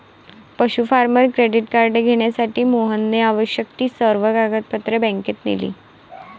पशु farmer credit card घेण्यासाठी मोहनने आवश्यक ती सर्व कागदपत्रे बँकेत नेली